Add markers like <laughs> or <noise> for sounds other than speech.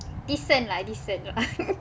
decent lah decent lah <laughs>